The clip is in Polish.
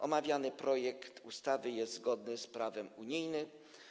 Omawiany projekt ustawy jest zgodny z prawem unijnym.